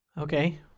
Okay